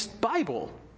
Bible